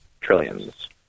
Trillions